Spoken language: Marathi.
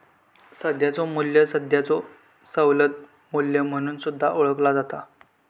सध्याचो मू्ल्य सध्याचो सवलत मू्ल्य म्हणून सुद्धा ओळखला जाता